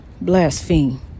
blaspheme